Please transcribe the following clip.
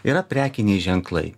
yra prekiniai ženklai